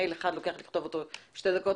מייל אחד לוקח לכתוב אותו שתי דקות,